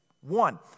one